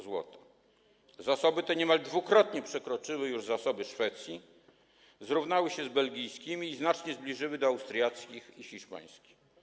Zasoby te niemal dwukrotnie przekroczyły już zasoby Szwecji, zrównały się z belgijskimi i znacznie zbliżyły się do austriackich i hiszpańskich.